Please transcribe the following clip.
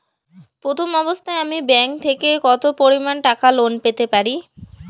প্রথম অবস্থায় আমি ব্যাংক থেকে কত পরিমান টাকা লোন পেতে পারি?